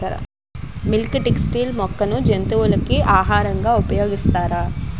Milk thistle మొక్కను జంతువులకు ఆహారంగా ఉపయోగిస్తారా?